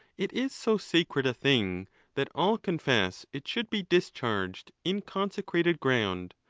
it is so sacred a thing that all confess it should be discharged in consecrated ground,